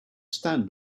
stand